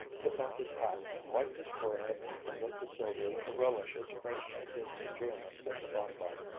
took off his hat, wiped his forehead, and looked at sylvia with a relish as frank as his enjoyment of the bonbon.